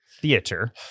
Theater